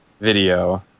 video